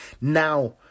Now